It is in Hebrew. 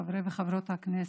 חברי וחברות הכנסת,